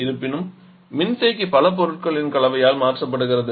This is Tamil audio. இருப்பினும் மின்தேக்கி பல பொருட்ளின் கலவையால் மாற்றப்படுகிறது